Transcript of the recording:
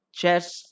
chess